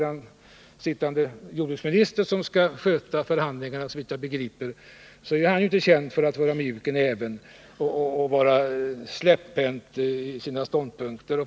Den sittande jordbruksministern som skall sköta förhandlingarna, såvitt jag begriper, är ju inte känd för att vara mjuk i näven och släpphänt i fråga om sina ståndpunkter.